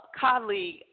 colleague